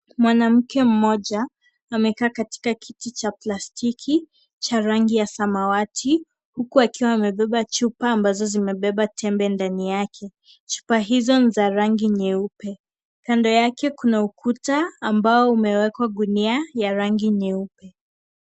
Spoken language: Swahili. Mwanamke mmoja amekaa katika kiti cha plastiki cha rangi ya samawati huku akiwa amebebe chupa ambazo zimebeba tembe ndani yake chupa hizo ni za rangi nyeupe. kando yake kuna ukuta ambao umewekwa gunia ya rangi nyeupe.